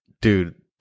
dude